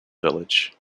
village